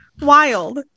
wild